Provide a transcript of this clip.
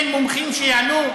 אין מומחים שיענו?